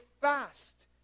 fast